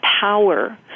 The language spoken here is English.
power